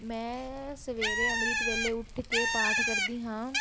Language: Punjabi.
ਮੈਂ ਸਵੇਰੇ ਅੰਮ੍ਰਿਤ ਵੇਲੇ ਉੱਠ ਕੇ ਪਾਠ ਕਰਦੀ ਹਾਂ